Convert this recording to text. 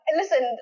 listen